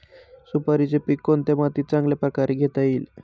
सुपारीचे पीक कोणत्या मातीत चांगल्या प्रकारे घेता येईल?